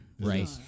right